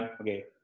Okay